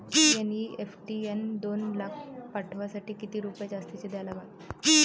NEFT न दोन लाख पाठवासाठी किती रुपये जास्तचे द्या लागन?